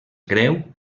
greu